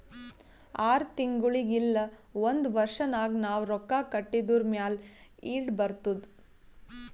R ತಿಂಗುಳಿಗ್ ಇಲ್ಲ ಒಂದ್ ವರ್ಷ ನಾಗ್ ನಾವ್ ರೊಕ್ಕಾ ಇಟ್ಟಿದುರ್ ಮ್ಯಾಲ ಈಲ್ಡ್ ಬರ್ತುದ್